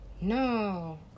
no